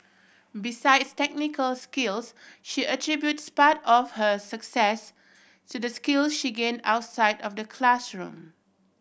besides technical skills she attributes part of her success to the skills she gain outside of the classroom